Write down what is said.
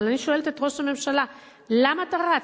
אבל אני שואלת את ראש הממשלה: למה אתה רץ?